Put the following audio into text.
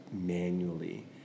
manually